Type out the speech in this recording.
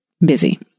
busy